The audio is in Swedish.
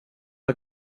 och